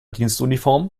dienstuniform